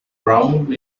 round